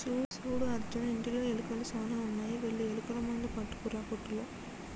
సూడు అర్జున్ ఇంటిలో ఎలుకలు సాన ఉన్నాయి వెళ్లి ఎలుకల మందు పట్టుకురా కోట్టులో